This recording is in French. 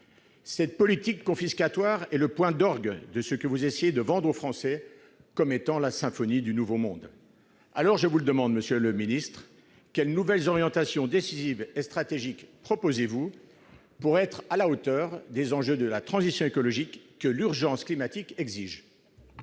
Cette politique confiscatoire est le point d'orgue de ce que vous essayez de vendre aux Français comme étant la symphonie du nouveau monde. Alors, monsieur le ministre, quelles nouvelles orientations décisives et stratégiques proposez-vous pour être à la hauteur des enjeux de la transition écologique que l'urgence climatique exige ?